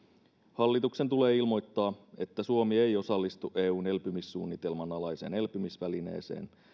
hallituksen tulee ilmoittaa että suomi ei osallistu eun elpymissuunnitelman alaiseen elpymisvälineeseen